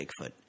Bigfoot